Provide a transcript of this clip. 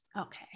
Okay